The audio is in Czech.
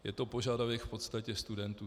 Je to požadavek v podstatě studentů.